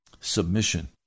Submission